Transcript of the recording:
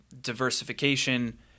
diversification